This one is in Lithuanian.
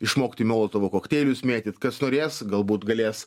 išmokti molotovo kokteilius mėtyt kas norės galbūt galės